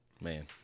man